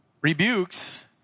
rebukes